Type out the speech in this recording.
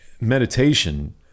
meditation